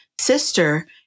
sister